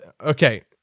okay